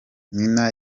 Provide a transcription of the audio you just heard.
nina